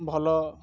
ଭଲ